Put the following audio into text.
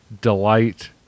delight